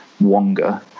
Wonga